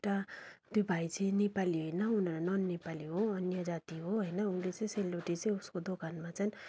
एउटा त्यो भाइ चाहिँ नेपाली होइन उनीहरु नन नेपाली हो अन्य जाति हो होइन उसले चाहिँ सेल रोटी चाहिँ उसको दोकानमा चाहिँ